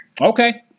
Okay